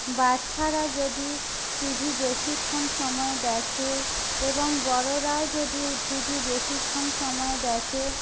বাচ্চারা যদি টিভি বেশিক্ষণ সময় দেখে এবং বড়রাও যদি টিভি বেশিক্ষণ সময় দেখে